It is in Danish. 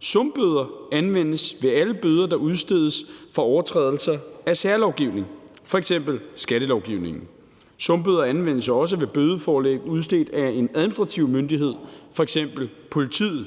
Sumbøder anvendes ved alle bøder, der udstedes for overtrædelser af særlovgivning, f.eks. skattelovgivningen. Sumbøder anvendes også ved bødeforelæg udstedt af en administrativ myndighed, f.eks. politiet.